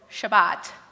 Shabbat